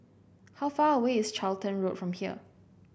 how far away is Charlton Road from here